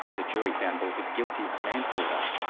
the jury found borthwick guilty of manslaughter.